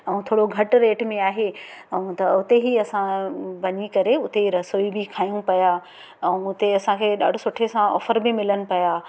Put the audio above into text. ऐं थोरो घटि रेट में आहे ऐं त उते ई असां वञी करे उते रसोई बि खायूं पिया ऐं हुते असांखे ॾाढो सुठे सां ऑफ़र बि मिलनि पिया